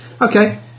Okay